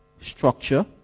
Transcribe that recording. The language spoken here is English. structure